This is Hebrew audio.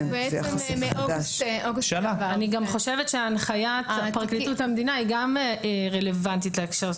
גם חושבת שהנחיית פרקליטות המדינה גם רלוונטית בהקשר.